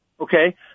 Okay